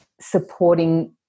supporting